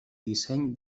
disseny